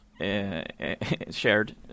shared